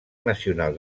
nacional